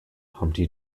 humpty